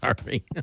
Sorry